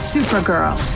Supergirl